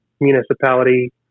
municipality